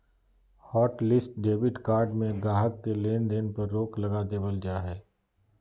hotlist debit card में गाहक़ के लेन देन पर रोक लगा देबल जा हय